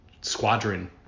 squadron